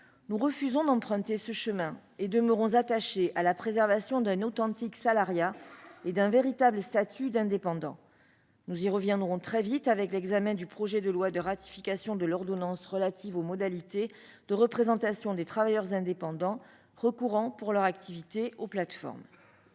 Nous refusons d'emprunter ce chemin, et demeurons attachés à la préservation d'un authentique salariat et d'un véritable statut d'indépendant. Nous y reviendrons très vite avec l'examen du projet de loi de ratification de l'ordonnance relative aux modalités de représentation des travailleurs indépendants recourant pour leur activité aux plateformes.